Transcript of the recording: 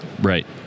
right